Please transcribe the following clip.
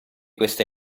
questa